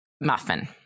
muffin